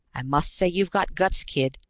i must say you've got guts, kid!